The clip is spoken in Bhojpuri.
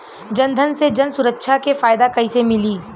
जनधन से जन सुरक्षा के फायदा कैसे मिली?